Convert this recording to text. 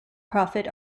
profit